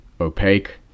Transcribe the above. opaque